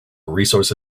resource